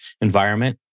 environment